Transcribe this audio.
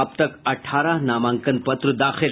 अब तक अठारह नामांकन पत्र दाखिल